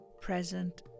present